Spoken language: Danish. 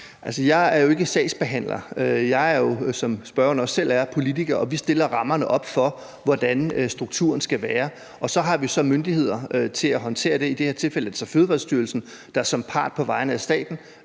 selv er det, politiker, og vi politikere stiller rammerne for, hvordan strukturen skal være, op. Så har vi også myndigheder til at håndtere det, og i det her tilfælde er det så Fødevarestyrelsen, der som part på vegne af staten